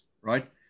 right